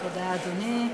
תודה, אדוני.